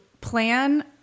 plan